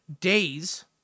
days